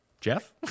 Jeff